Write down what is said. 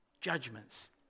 judgments